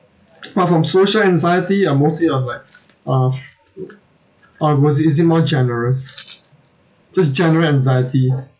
but from social anxiety or mostly of like of uh was it is it more general just general anxiety